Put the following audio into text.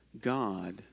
God